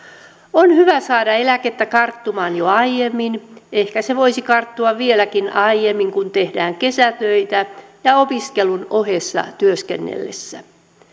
on hyvä saada eläkettä karttumaan jo aiemmin ehkä se voisi karttua vieläkin aiemmin kesätöissä ja opiskelun ohessa työskennellessä